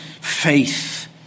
faith